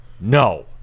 no